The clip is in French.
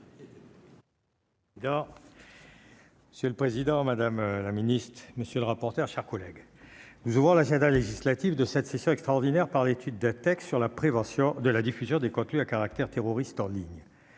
Monsieur le président, madame la ministre, monsieur le rapporteur, chers collègues, nous avons l'agenda législatif de cette session extraordinaire par l'étude de textes sur la prévention de la diffusion des contenus à caractère terroriste en ligne,